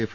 F